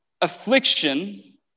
affliction